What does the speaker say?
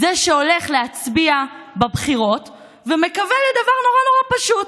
זה שהולך להצביע בבחירות ומקווה לדבר נורא פשוט: